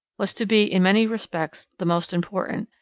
was to be in many respects the most important,